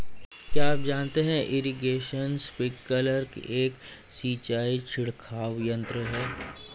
क्या आप जानते है इरीगेशन स्पिंकलर एक सिंचाई छिड़काव यंत्र है?